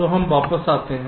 तो हम वापस आते हैं